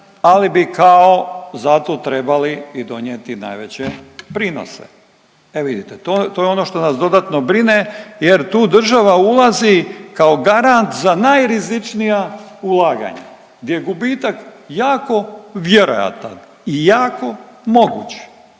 ali bi kao zato trebali i donijeti najveće prinose. E vidite, to, to je ono što nas dodatno brine jer tu država ulazi kao garant za najrizičnija ulaganja gdje je gubitak jako vjerojatan i jako moguć